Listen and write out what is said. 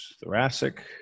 thoracic